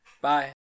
Bye